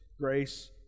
grace